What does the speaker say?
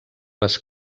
les